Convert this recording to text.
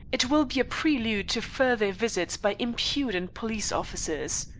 it will be a prelude to further visits by impudent police officers.